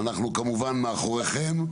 אנחנו כמובן מאחוריכם,